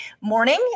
morning